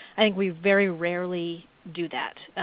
i think we very rarely do that.